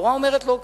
התורה אומרת, לא כך.